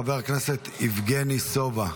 חבר הכנסת יבגני סובה,